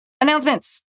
Announcements